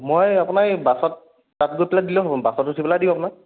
মই আপোনাৰ এই বাছত তাত গৈ পেলাই দিলেও হ'ব বাছত উঠি পেলাই দিম আপোনাক